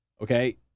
Okay